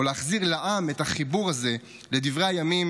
או להחזיר לעם את החיבור הזה לדברי הימים